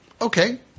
Okay